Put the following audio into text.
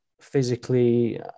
physically